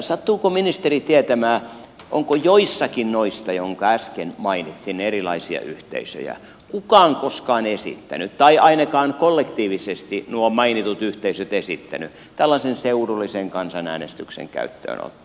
sattuuko ministeri tietämään onko joissakin noista erilaisista yhteisöistä jotka äsken mainitsin kukaan koskaan esittänyt tai ainakaan kollektiivisesti nuo mainitut yhteisöt esittäneet tällaisen seudullisen kansanäänestyksen käyttöönottoa